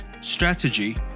strategy